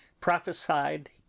prophesied